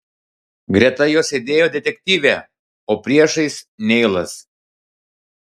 greta jo sėdėjo detektyvė o priešais neilas